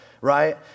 right